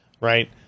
right